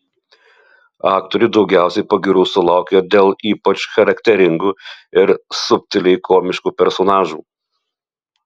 aktoriai daugiausiai pagyrų sulaukia dėl ypač charakteringų ir subtiliai komiškų personažų